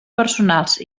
personals